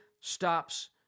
stops